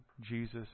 Jesus